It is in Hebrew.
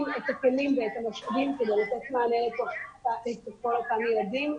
את הכלים ואת המשאבים כדי לתת מענה לכל אותם ילדים.